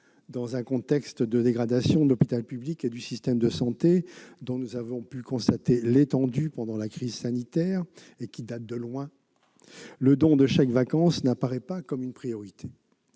dans un contexte de dégradation de l'hôpital public et du système de santé dont nous avons pu constater l'étendue pendant la crise sanitaire et qui date de loin. Le don de chèques-vacances n'apparaît pas comme une priorité.